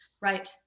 right